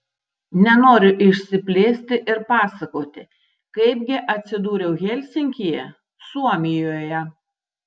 nenoriu išsiplėsti ir pasakoti kaip gi atsidūriau helsinkyje suomijoje